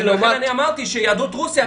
הוא בעיקר חשוב לנו,